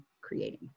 creating